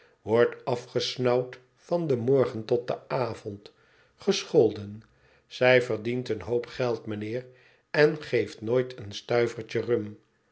wordt afgesnauwd van den morgen tot den avond gescholden zij verdient een hoop geld meheer en geeft nooit een stuivertje rum